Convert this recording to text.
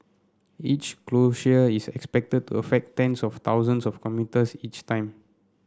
each closure is expected to affect tens of thousands of commuters each time